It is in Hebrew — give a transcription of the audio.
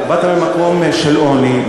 באת ממקום של עוני,